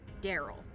Daryl